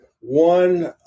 one